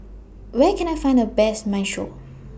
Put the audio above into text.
Where Can I Find The Best Minestrone